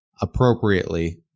appropriately